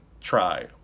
try